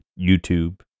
YouTube